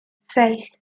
seis